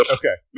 okay